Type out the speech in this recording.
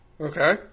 Okay